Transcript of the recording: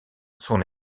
son